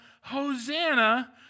Hosanna